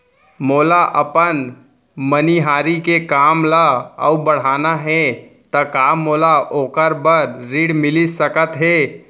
मोला अपन मनिहारी के काम ला अऊ बढ़ाना हे त का मोला ओखर बर ऋण मिलिस सकत हे?